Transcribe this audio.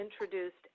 introduced